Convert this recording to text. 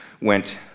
went